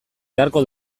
beharko